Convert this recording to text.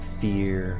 fear